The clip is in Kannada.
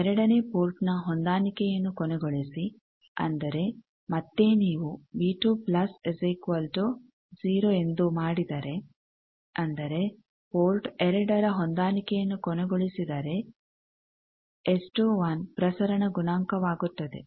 ಎರಡನೇ ಪೋರ್ಟ್ನ ಹೊಂದಾಣಿಕೆಯನ್ನು ಕೊನೆಗೊಳಿಸಿ ಅಂದರೆ ಮತ್ತೇ ನೀವು ಎಂದು ಮಾಡಿದರೆ ಅಂದರೆ ಪೋರ್ಟ್2ರ ಹೊಂದಾಣಿಕೆಯನ್ನು ಕೊನೆಗೊಳಿಸಿದರೆ ಎಸ್21 ಪ್ರಸರಣ ಗುಣಾಂಕವಾಗುತ್ತದೆ